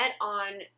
on